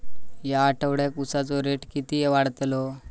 या आठवड्याक उसाचो रेट किती वाढतलो?